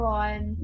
one